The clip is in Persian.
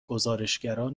گزارشگران